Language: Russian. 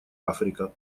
африка